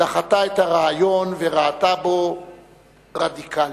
דחתה את הרעיון וראתה בו "רדיקלי".